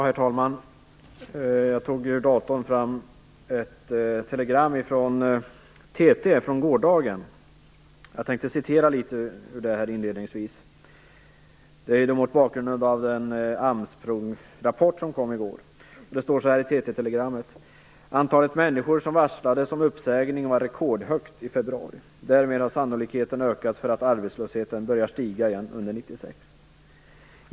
Herr talman! Jag har ur datorn tagit fram ett TT telegram från gårdagen. Jag tänker inledningsvis läsa ur det, mot bakgrund av den AMS-rapport som kom i går. Det står så här: Antalet människor som varslades om uppsägning var rekordhögt i februari. Därmed har sannolikheten ökat för att arbetslösheten börjar stiga igen under 1996.